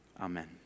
Amen